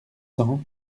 cents